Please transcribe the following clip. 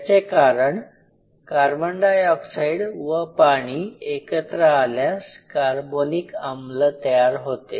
याचे कारण carbon dioxide व पाणी एकत्र आल्यास कार्बोनिक आम्ल तयार होते